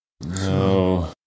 No